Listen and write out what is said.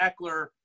Eckler